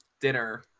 dinner